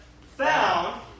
found